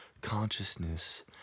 consciousness